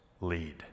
lead